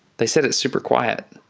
they said it's super quiet.